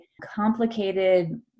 complicated